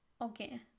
okay